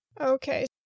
Okay